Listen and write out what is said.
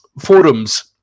forums